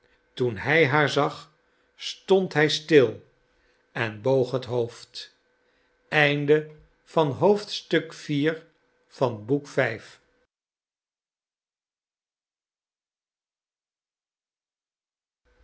toen hij haar zag stond hij stil en boog het hoofd